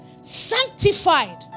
sanctified